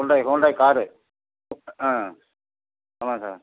Hyundai Hyundai car ஆ ஆமாம் sir